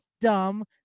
dumb